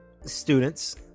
students